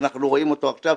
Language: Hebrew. שאנחנו רואים עכשיו,